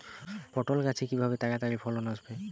পটল গাছে কিভাবে তাড়াতাড়ি ফলন আসবে?